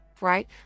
Right